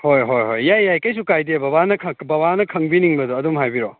ꯍꯣꯏ ꯍꯣꯏ ꯍꯣꯏ ꯌꯥꯏ ꯌꯥꯏ ꯀꯩꯁꯨ ꯀꯥꯏꯗꯦ ꯕꯕꯥꯅ ꯕꯕꯥꯅ ꯈꯪꯕꯤꯅꯤꯡꯕꯗꯣ ꯑꯗꯨꯝ ꯍꯥꯏꯕꯤꯔꯛꯑꯣ